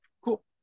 cool